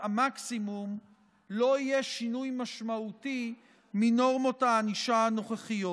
המקסימום לא יהיה שינוי משמעותי מנורמות הענישה הנוכחיות.